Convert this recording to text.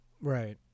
Right